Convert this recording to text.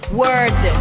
word